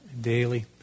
daily